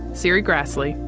serri graslie,